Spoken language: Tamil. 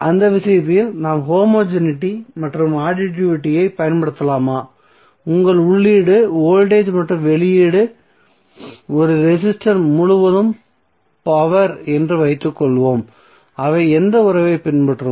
அந்த விஷயத்தில் நாம் ஹோமோஜெனிட்டி மற்றும் அடிட்டிவிட்டியைப் பயன்படுத்தலாமா உங்கள் உள்ளீடு வோல்டேஜ் மற்றும் வெளியீடு ஒரு ரெசிஸ்டர் முழுவதும் பவர் என்று வைத்துக்கொள்வோம் அவை எந்த உறவைப் பின்பற்றும்